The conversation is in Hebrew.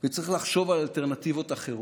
וצריך לחשוב על אלטרנטיבות אחרות.